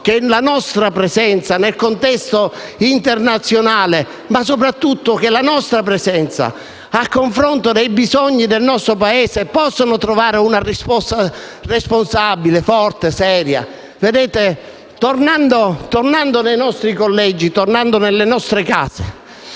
che la nostra presenza nel contesto internazionale, ma soprattutto in riferimento ai bisogni del nostro Paese, possa dare una risposta responsabile, forte e seria. Tornando nei nostri collegi e nelle nostre case,